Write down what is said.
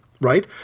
right